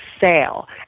sale